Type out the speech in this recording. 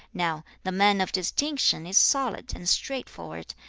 now the man of distinction is solid and straightforward,